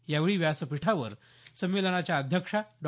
यावेळी व्यासपीठावर संमेलनाच्या अध्यक्षा डॉ